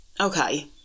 okay